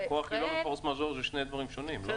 ו- force majeure זה שני דברים שונים, לא?